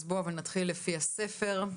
אבל נתחיל לפי הספר.